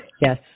Yes